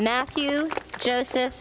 matthew joseph